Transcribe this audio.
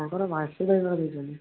ତାଙ୍କର ବାସି ଦହିବରା ଦେଉଛନ୍ତି